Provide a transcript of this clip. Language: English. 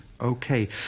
Okay